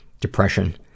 depression